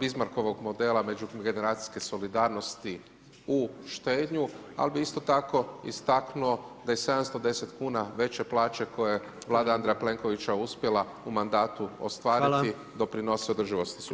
Bismarckovog modela međugeneracijske solidarnosti u štednju ali bi isto tako istaknuo da je 710 kn veće plaće koje je Vlada Andreja Plenkovića uspjela u mandatu ostvariti doprinosi održivosti sustava.